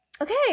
Okay